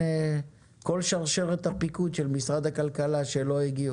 לבין כל שרשרת הפיקוד של משרד הכלכלה שלא הגיעה.